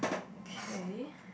okay